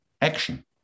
action